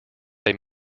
they